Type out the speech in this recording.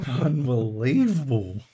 Unbelievable